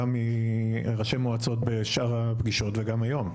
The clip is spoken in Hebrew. גם מראשי מועצות בשאר הפגישות וגם היום.